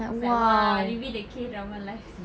it's like !whoa! living the K drama life seh